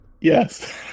Yes